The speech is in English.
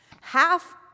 Half